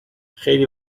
خیلی